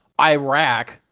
Iraq